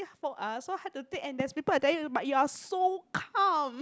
so hard to take and there's people attack you but you're so calm